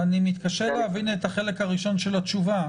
אני מתקשה להבין את החלק הראשון של התשובה.